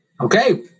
Okay